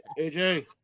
AJ